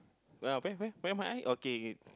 well where where where my eye okay